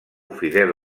fidel